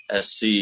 sc